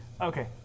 Okay